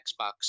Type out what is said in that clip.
Xbox